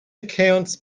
accounts